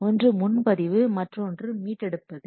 ஒன்று முன்பதிவு மற்றொன்று மீட்டெடுப்பது